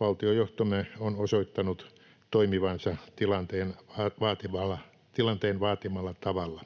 Valtiojohtomme on osoittanut toimivansa tilanteen vaatimalla tavalla.